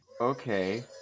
okay